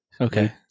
Okay